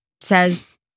says